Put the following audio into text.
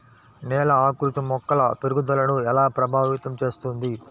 నేల ఆకృతి మొక్కల పెరుగుదలను ఎలా ప్రభావితం చేస్తుంది?